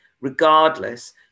regardless